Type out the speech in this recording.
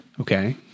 Okay